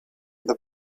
the